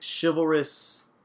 chivalrous